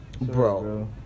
Bro